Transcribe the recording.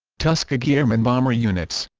tuskegee airmen bomber units